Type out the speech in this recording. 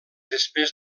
després